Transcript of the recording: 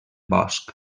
bosc